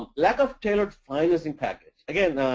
lack of tailored financing package, again,